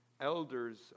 Elders